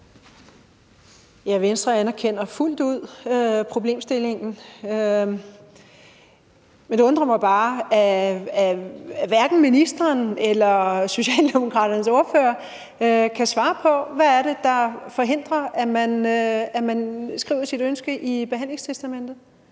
Ja, Venstre anerkender fuldt ud problemstillingen, men det undrer mig bare, at hverken ministeren eller Socialdemokraternes ordfører kan svare på, hvad det er, der forhindrer, at man skriver sit ønske i behandlingstestamentet.